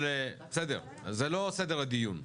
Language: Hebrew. בסדר, אבל זה לא סדר הדיון.